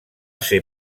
ser